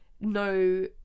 No